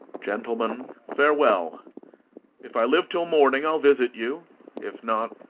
gentlemen, farewell if i live till morning, i'll visit you if not,